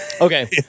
Okay